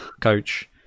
coach